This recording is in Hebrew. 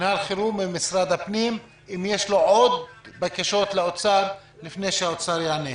חירום במשדר הפנים אם יש לו עוד בקשות לאוצר לפני שהאוצר יענה.